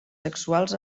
sexuals